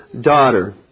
daughter